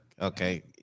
Okay